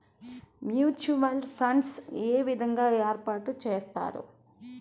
Mutual funds ఏ విధంగా ఏర్పాటు చేస్తారు?